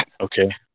okay